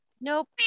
nope